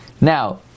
Now